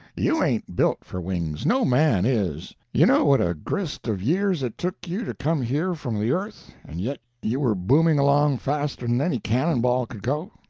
you ain't built for wings no man is. you know what a grist of years it took you to come here from the earth and yet you were booming along faster than any cannon-ball could go.